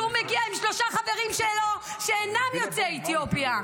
כשהוא מגיע עם שלושה חברים שלו שאינם יוצאי אתיופיה,